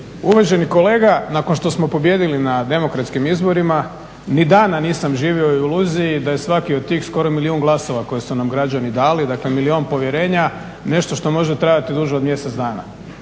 Uvaženi kolega, nakon što smo pobijedili na demokratskim izborima ni dana nisam živio u iluziji da je svaki od tih skoro milijuna glasova koji su nam građani dali dakle milijun povjerenja nešto što može trajati duže od mjesec dana.